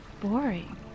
boring